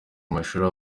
amashuri